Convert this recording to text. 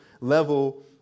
level